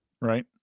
right